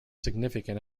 significant